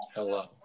Hello